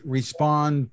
respond